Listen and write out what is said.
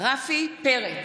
רפי פרץ,